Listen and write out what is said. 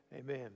Amen